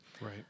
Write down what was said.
Right